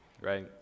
right